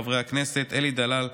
חברי הכנסת אלי דלל,